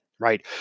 right